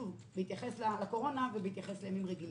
שוב, בהתייחס לקורונה ובהתייחס לימים רגילים.